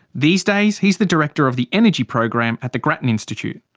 these days, he is the director of the energy program at the grattan institute.